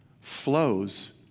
flows